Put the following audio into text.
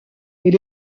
est